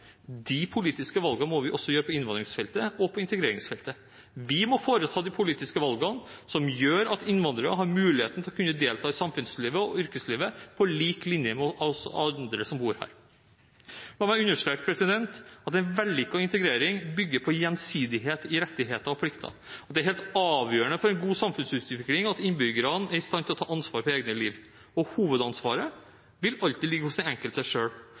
av politiske valg. De politiske valgene må man også gjøre på innvandringsfeltet og på integreringsfeltet. Man må foreta de politiske valgene som gjør at innvandrere har mulighet til å delta i samfunnslivet og yrkeslivet, på lik linje med oss andre som bor her. La meg understreke at en vellykket integrering bygger på gjensidighet i rettigheter og plikter. Det er helt avgjørende for en god samfunnsutvikling at innbyggerne er i stand til å ta ansvar for eget liv, og hovedansvaret vil alltid ligge hos den enkelte.